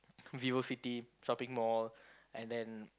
Vivo-City shopping mall and then